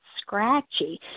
scratchy